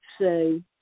say